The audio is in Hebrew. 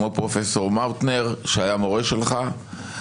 כמו פרופ' מאוטנר שהיה מורה שלך,